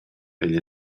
egl